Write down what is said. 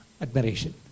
admiration